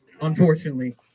unfortunately